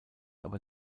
aber